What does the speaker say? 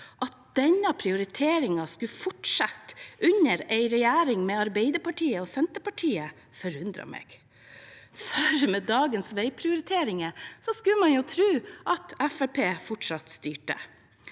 At denne prioriteringen skulle fortsette under en regjering med Arbeiderpartiet og Senterpartiet, forundrer meg, for med dagens veiprioriteringer skulle man jo tro at Fremskrittspartiet